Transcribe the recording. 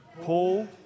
Paul